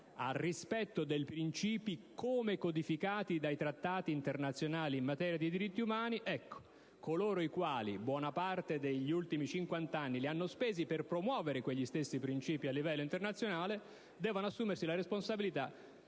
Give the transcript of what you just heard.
al rispetto dei principi come codificati dai Trattati internazionali in materia di diritti umani. Coloro i quali buona parte degli ultimi cinquant'anni li hanno spesi per promuovere quegli stessi principi a livello internazionale devono assumersi la responsabilità